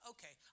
Okay